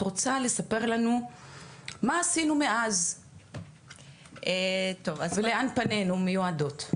את רוצה לספר לנו מה עשינו מאז הדיון האחרון ולאן פנינו מיועדות?